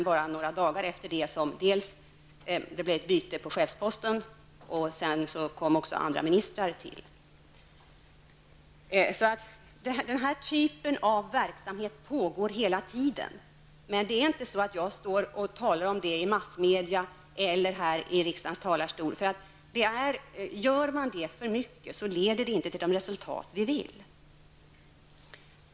Bara några dagar efter det blev det faktiskt ett byte på chefsposten, och sedan tillsattes även andra ministrar. Den här typen av verksamhet pågår hela tiden. Men jag talar inte om det i massmedia eller i riksdagens talarstol. Gör man det för mycket leder våra ansträngningar inte till de resultat vi vill uppnå.